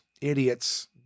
idiots